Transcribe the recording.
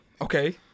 Okay